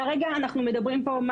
כרגע אנחנו מדברים פה מה?